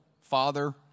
father